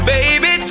Baby